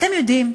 אתם יודעים,